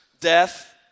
Death